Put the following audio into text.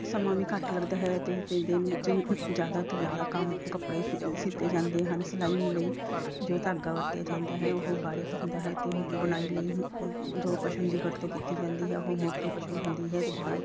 ਸਮਾਂ ਵੀ ਘੱਟ ਲੱਗਦਾ ਹੈ ਅਤੇ ਅਤੇ ਦਿਨ ਵਿੱਚ ਜ਼ਿਆਦਾ ਤੋਂ ਜ਼ਿਆਦਾ ਕੰਮ ਕੱਪੜੇ ਸੀ ਸੀਤੇ ਜਾਂਦੇ ਹਨ ਸਿਲਾਈ ਲਈ ਜੋ ਧਾਗਾ ਵਰਤਿਆ ਜਾਂਦਾ ਹੈ ਉਹ ਬਾਰੀਕ ਹੁੰਦਾ ਹੈ ਅਤੇ ਬੁਣਾਈ ਲਈ ਜੋ ਪਸ਼ਮ ਦੀ ਵਰਤੋਂ ਕੀਤੀ ਜਾਂਦੀ ਹੈ ਉਹ ਮੋਟੀ ਪਸ਼ਮ ਹੁੰਦੀ ਹੈ ਅਤੇ ਬੁਣਾਈ